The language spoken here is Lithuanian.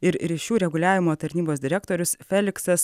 ir ryšių reguliavimo tarnybos direktorius feliksas